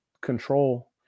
control